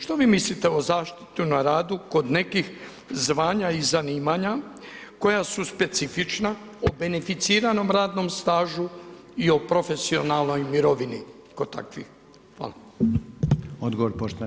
Što vi mislite o zaštiti na radu, kod nekih zvanja i zanimanja koja su specifična, o beneficiranom radnom stažu i o profesionalnoj mirovini, kod takvih?